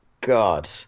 God